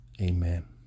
Amen